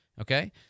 okay